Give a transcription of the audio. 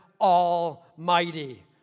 Almighty